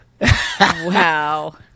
Wow